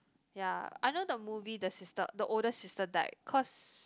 ya I know the movie the sister the older sister died cause